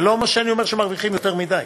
זה לא אומר שאני אומר שהם מרוויחים יותר מדי,